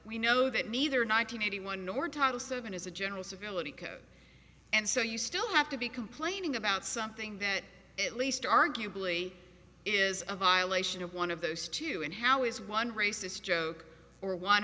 we know that neither nine hundred eighty one nor total seven as a general civility and so you still have to be complaining about something that at least arguably is a violation of one of those two and how is one racist joke or one